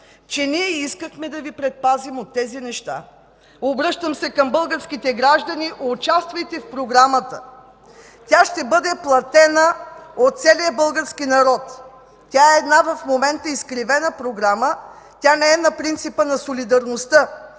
че ние искахме да Ви предпазим от тези неща. Обръщам се към българските граждани! Участвайте в Програмата, тя ще бъде платена от целия български народ. В момента това е една изкривена програма, тя не е на принципа на солидарността.